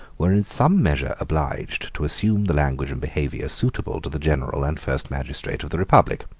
were in some measure obliged to assume the language and behavior suitable to the general and first magistrate of the republic.